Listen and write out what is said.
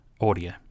audio